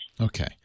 Okay